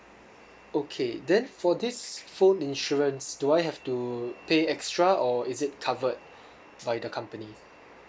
okay then for this phone insurance do I have to pay extra or is it covered by the company